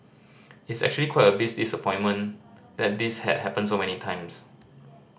it's actually quite a big disappointment that this has happened so many times